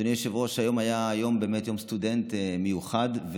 אדוני היושב-ראש, היום היה יום סטודנט מיוחד,